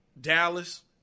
Dallas